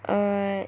alright